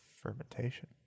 fermentation